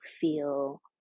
feel